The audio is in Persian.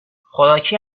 خوراکی